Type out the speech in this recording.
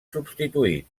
substituït